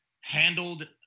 handled